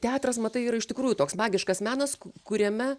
teatras matai yra iš tikrųjų toks magiškas menas kuriame